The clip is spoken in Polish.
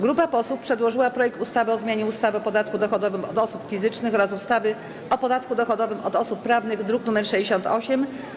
Grupa posłów przedłożyła projekt ustawy o zmianie ustawy o podatku dochodowym od osób fizycznych oraz ustawy o podatku dochodowym od osób prawnych, druk nr 68.